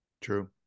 true